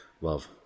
Love